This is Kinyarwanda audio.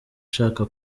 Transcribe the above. ushaka